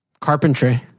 carpentry